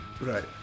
Right